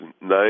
nine